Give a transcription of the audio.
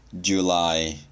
July